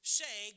say